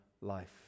life